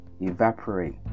evaporate